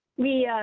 we,